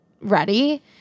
ready